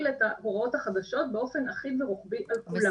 את ההוראות החדשות באופן אחיד ורוחבי על כולם.